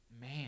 Man